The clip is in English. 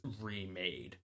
remade